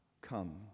come